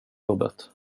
jobbet